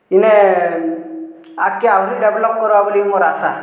ଇନେ ଆଗ୍କେ ଆହୁରି ଡ଼େଭେଲପ୍ କର୍ବା ବୋଲି ମୋର୍ ଆଶା